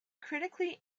critically